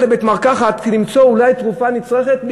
לבית-מרקחת כדי למצוא אולי תרופה נצרכת,